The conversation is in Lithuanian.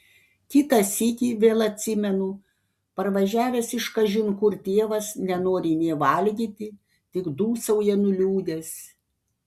kitą sykį vėl atsimenu parvažiavęs iš kažin kur tėvas nenori nė valgyti tik dūsauja nuliūdęs